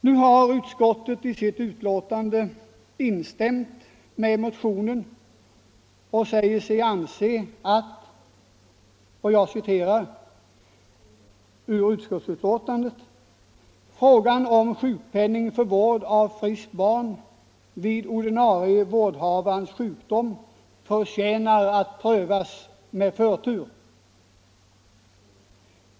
Nu har utskottet i sitt betänkande instämt i motionsyrkandet och tilllägger på s. 13 i betänkandet att ”frågan om sjukpenning för vård av friskt barn vid ordinarie vårdnadshavares sjukdom förtjänar att prövas med förtur.